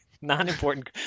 non-important